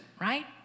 right